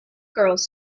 girls